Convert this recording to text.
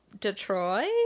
Detroit